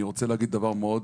אני רוצה להגיד דבר מאוד